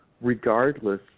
regardless